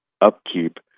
upkeep